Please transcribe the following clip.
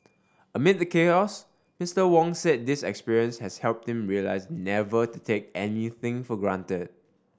amid the Mister Wong said this experience has helped him realise never to take anything for granted